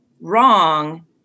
wrong